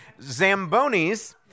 Zambonis